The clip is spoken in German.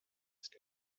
ist